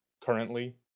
currently